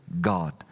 God